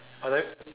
I like